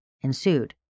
ensued